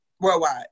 worldwide